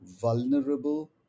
vulnerable